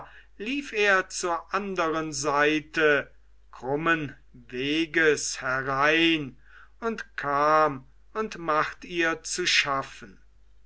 lief er zur anderen seite krummen weges herein und kam und macht ihr zu schaffen